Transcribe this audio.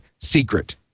secret